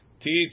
teach